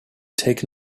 take